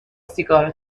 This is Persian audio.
سیگارو